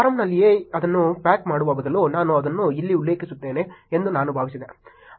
ಫೋರಂನಲ್ಲಿಯೇ ಅದನ್ನು ಪ್ಯಾಕ್ ಮಾಡುವ ಬದಲು ನಾನು ಅದನ್ನು ಇಲ್ಲಿ ಉಲ್ಲೇಖಿಸುತ್ತೇನೆ ಎಂದು ನಾನು ಭಾವಿಸಿದೆ